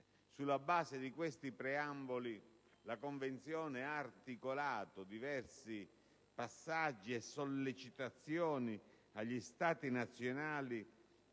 Sulla base di questo Preambolo, la Convenzione ha articolato diversi passaggi e sollecitazioni agli Stati nazionali,